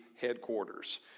headquarters